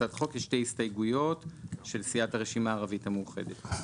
להצעת החוק יש שתי הסתייגויות של סיעת הרשימה הערבית המאוחדת.